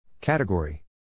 Category